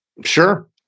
Sure